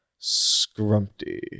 Scrumpty